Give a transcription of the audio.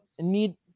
Need